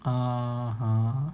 (uh huh)